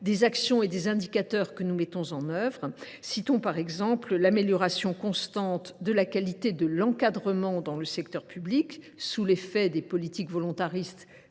des actions et des indicateurs que nous mettons en œuvre : citons par exemple l’amélioration constante de la qualité de l’encadrement dans le secteur public, sous l’effet des politiques volontaristes